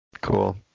Cool